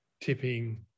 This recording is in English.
tipping